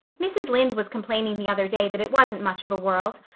mrs. lynde was complaining the other day that it wasn't much of a world.